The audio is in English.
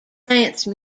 dance